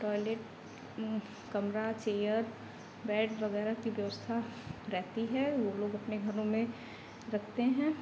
toilet कमरा chair bed वग़ैरह की व्यवस्था रहती है वह लोग अपने घरों में रखते हैं